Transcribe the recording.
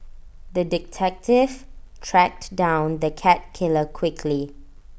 the detective tracked down the cat killer quickly